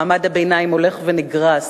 מעמד הביניים הולך ונגרס,